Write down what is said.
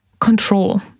control